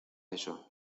eso